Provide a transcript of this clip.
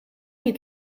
you